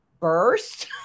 burst